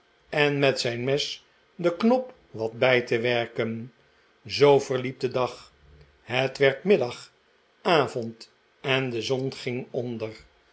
en met zijn mes den knop wat bij te werken zoo verliep de dag het werd middag avond en de zon ging onder